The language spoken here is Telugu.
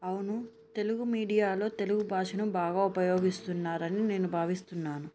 అవును తెలుగు మీడియాలో తెలుగు భాషను బాగా ఉపయోగిస్తున్నారని నేను భావిస్తున్నాను